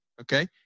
okay